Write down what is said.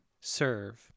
Serve